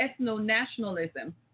ethno-nationalism